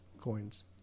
coins